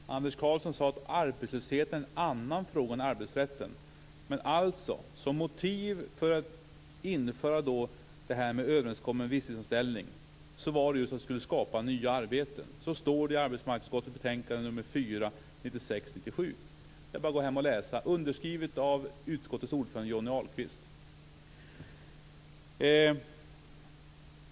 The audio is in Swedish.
Fru talman! Anders Karlsson sade att arbetslösheten är en annan fråga än arbetsrätten. Motivet för att införa överenskommen visstidsanställning var att det skulle skapa nya arbeten. Så står det i arbetsmarknadsutskottets betänkande nr 4 från 1996/97. Det är bara att gå hem och läsa. Betänkandet är underskrivet av utskottets ordförande Johnny Ahlqvist.